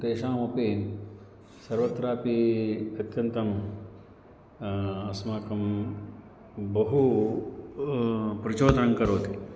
तेषामपि सर्वत्रापि अत्यन्तम् अस्मान् बहु प्रचोदनं करोति